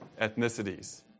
ethnicities